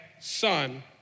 son